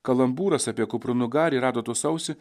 kalambūras apie kupranugarį ir adatos ausį